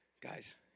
Guys